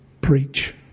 preach